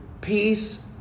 peace